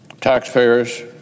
taxpayers